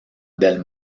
del